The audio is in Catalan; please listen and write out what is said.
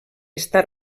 està